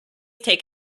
take